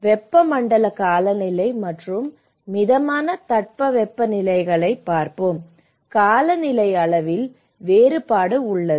வெப்பமண்டல காலநிலை மற்றும் மிதமான தட்பவெப்பநிலைகளைப் பார்ப்போம் காலநிலை அளவில் வேறுபாடு உள்ளது